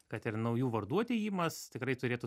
kad ir naujų vardų atėjimas tikrai turėtų